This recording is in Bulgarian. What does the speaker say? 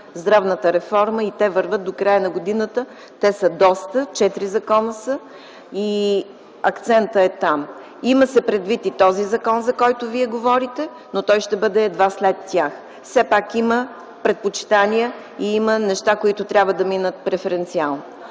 здравната реформа и те вървят до края на годината. Те са доста, четири закона са и акцентът е там. Има се предвид и този закон, за който Вие говорите, но той ще бъде едва след тях. Все пак има предпочитания и неща, които трябва да минат преференциално.